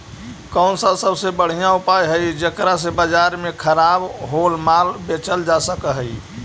कौन सा सबसे बढ़िया उपाय हई जेकरा से बाजार में खराब होअल माल बेचल जा सक हई?